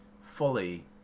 fully